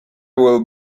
will